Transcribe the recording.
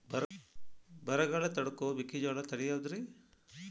ಬರಗಾಲ ತಡಕೋ ಮೆಕ್ಕಿಜೋಳ ತಳಿಯಾವುದ್ರೇ?